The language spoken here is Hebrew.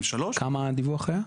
כמה היה הדיווח?